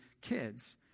kids